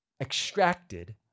extracted